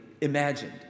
imagined